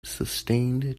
sustained